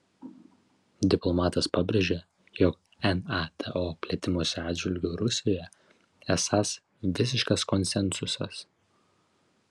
diplomatas pabrėžė jog nato plėtimosi atžvilgiu rusijoje esąs visiškas konsensusas